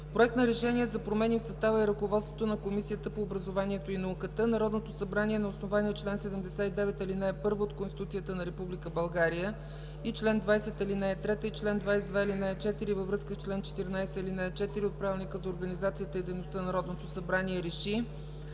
„Проект! РЕШЕНИЕ за промени в състава и ръководството на Комисията по образованието и науката Народното събрание на основание чл. 79, ал. 1 от Конституцията на Република България и чл. 20, ал. 3 и чл. 22, ал. 4 във връзка с чл. 14, ал. 4 от Правилника за организацията и дейността на Народното събрание РЕШИ: